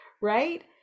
right